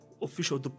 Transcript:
Official